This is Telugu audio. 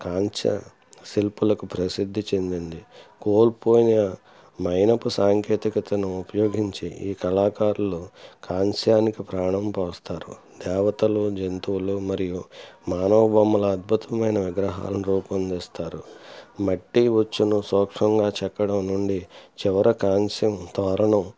కాంస్య శిల్పులకు ప్రసిద్ధి చెందినది కోల్పోయిన మైనపు సాంకేతికతను ఉపయోగించి ఈ కళాకారులు కాంస్యానికి ప్రాణం పోస్తారు దేవతలు జంతువులు మరియు మానవ బొమ్మల అద్భుతమైన గ్రహాలను రూపొందిస్తారు మట్టి వచ్చును సోక్షంగా చెక్కడం నుండి చివర కాంస్యం తోరణం